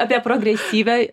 apie progresyvią